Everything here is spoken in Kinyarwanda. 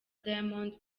diamond